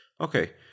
Okay